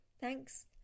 Thanks